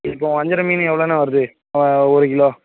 இப்போ வஞ்சரம் மீன் எவ்ளோண்ணா வருது ஒரு கிலோ